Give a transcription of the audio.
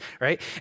right